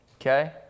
Okay